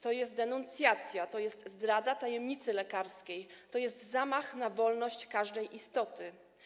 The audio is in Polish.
To jest denuncjacja, to jest zdrada tajemnicy lekarskiej, to jest zamach na wolność każdej istoty.